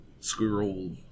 Squirrel